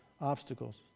obstacles